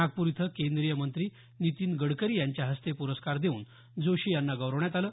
नागप्रर इथं केंद्रीय मंत्री नितीन गडकरी यांच्या हस्ते प्रस्कार देऊन जोशी यांना गौरवण्यात आलं